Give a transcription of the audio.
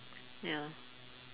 ya